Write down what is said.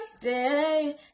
day